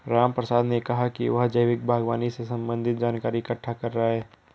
रामप्रसाद ने कहा कि वह जैविक बागवानी से संबंधित जानकारी इकट्ठा कर रहा है